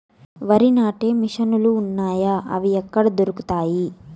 వరి నాటే మిషన్ ను లు వున్నాయా? అవి ఎక్కడ దొరుకుతాయి?